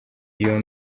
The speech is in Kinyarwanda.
iyo